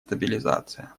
стабилизация